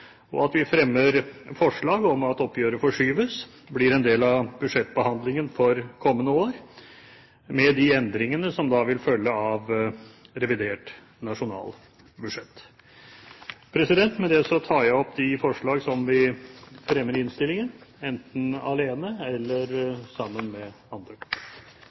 og at vi fremmer forslag om at oppgjøret forskyves og blir en del av budsjettbehandlingen for kommende år med de endringene som da vil følge av revidert nasjonalbudsjett. Med det tar jeg opp de forslag som vi fremmer i innstillingene, enten alene eller sammen med andre.